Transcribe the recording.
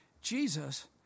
Jesus